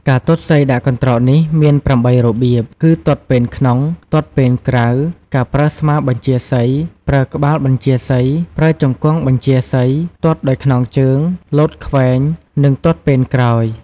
ការទាត់សីដាក់កន្ត្រកនេះមាន ៨ របៀបគឺ ទាត់ពែនក្នុង ទាត់ពែនក្រៅ ការប្រើស្មាបញ្ជាសី ប្រើក្បាលបញ្ជាសី ប្រើជង្កង់បញ្ជាសីទាត់ដោយខ្នងជើង លោតខ្វែង និង ទាត់ពែនក្រោយ ។